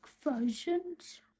versions